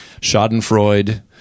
Schadenfreude